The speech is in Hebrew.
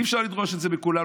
אי-אפשר לדרוש את זה מכולם,